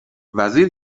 وزیر